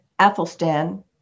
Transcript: Athelstan